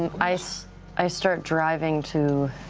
and i so i start driving to